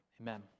amen